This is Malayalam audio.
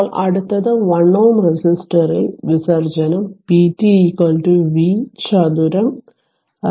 ഇപ്പോൾ അടുത്തത് 1 Ω റെസിസ്റ്ററിൽ വിസർജ്ജനം p t v ചതുരം R